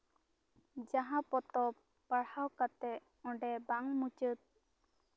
ᱡᱟᱦᱟᱸ ᱯᱚᱛᱚᱵ ᱯᱟᱲᱦᱟᱣ ᱠᱟᱛᱮᱫ ᱚᱰᱮᱸ ᱵᱟᱝ ᱢᱩᱪᱟᱹᱫ